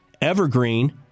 evergreen